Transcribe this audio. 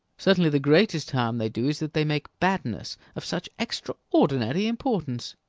certainly the greatest harm they do is that they make badness of such extraordinary importance.